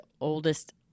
oldest